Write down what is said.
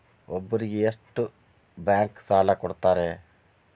ಒಬ್ಬರಿಗೆ ಎಷ್ಟು ಬ್ಯಾಂಕ್ ಸಾಲ ಕೊಡ್ತಾರೆ?